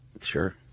Sure